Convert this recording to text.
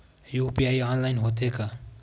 UPI online होथे का?